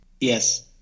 Yes